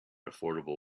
affordable